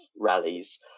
rallies